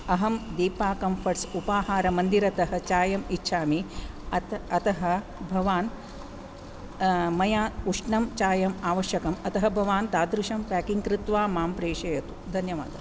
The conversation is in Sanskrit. अहं दीपा कंफर्ट्स् उपाहारमन्दिरतः चायं इच्छामि अत अतः भवान् मया उष्णं चायम् आवश्यकं अतः भवान् तादृशं पेकिङ्ग् कृत्वा मां प्रेषयतु धन्यवादः